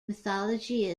mythology